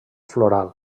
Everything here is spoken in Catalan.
floral